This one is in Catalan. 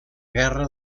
guerra